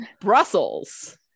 brussels